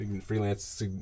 freelance